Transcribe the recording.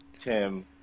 Tim